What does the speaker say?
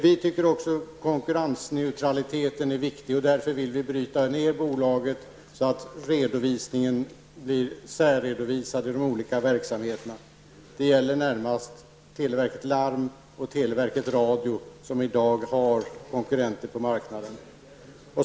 Vi tycker också att konkurrensneutralitet är viktig. Därför vill vi bryta ned bolaget genom särredovisning av de olika verksamheterna. Det gäller närmast Televerket Larm och Televerket Radio, som i dag har konkurrenter på marknden.